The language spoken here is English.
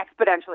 exponentially